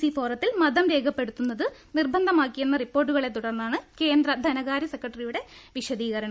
C ഫോറത്തിൽ മതം രേഖപ്പെടുത്തു ന്നത് നിർബന്ധമാക്കിയെന്ന റിപ്പോർട്ടു കളെ തുടർന്നാണ് കേന്ദ്രധനകാര്യ സെക്രട്ടറിയുടെ വിശദീകരണം